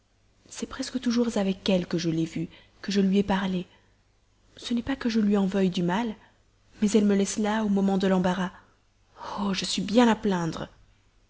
c'est presque toujours avec elle que je l'ai vu que je lui ai parlé ce n'est pas que je lui en veuille du mal mais elle me laisse là au moment de l'embarras oh je suis bien à plaindre